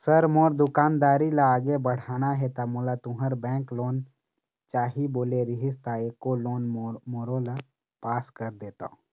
Sir मोर दुकानदारी ला आगे बढ़ाना हे ता मोला तुंहर बैंक लोन चाही बोले रीहिस ता एको लोन मोरोला पास कर देतव?